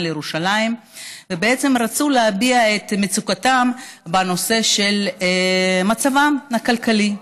לירושלים בעצם להביע את מצוקתם בנושא של מצבם הכלכלי.